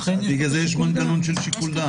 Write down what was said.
בגלל זה יש מנגנון של שיקול דעת.